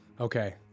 Okay